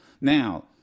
Now